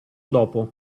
dopo